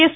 yes